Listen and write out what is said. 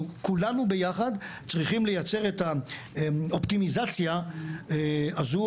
אנחנו כולנו ביחד צריכים לייצר את האופטימיזציה הזו,